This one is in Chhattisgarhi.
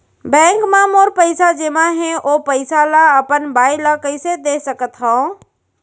बैंक म मोर पइसा जेमा हे, ओ पइसा ला अपन बाई ला कइसे दे सकत हव?